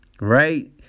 Right